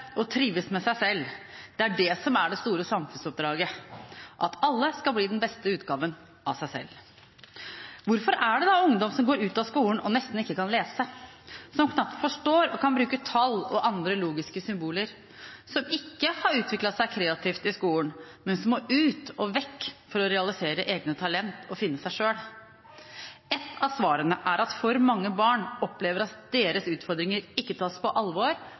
og trives med seg selv. Det er det som er det store samfunnsoppdraget – at alle skal bli den beste utgaven av seg selv. Hvorfor er det da ungdom som går ut av skolen og nesten ikke kan lese, som knapt forstår og kan bruke tall og andre logiske symboler, og som ikke har utviklet seg kreativt i skolen, men som må ut og vekk for å realisere egne talent og «finne seg sjøl»? Et av svarene er at for mange barn opplever at deres utfordringer ikke tas på alvor